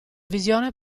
visione